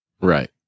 Right